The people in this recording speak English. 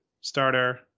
starter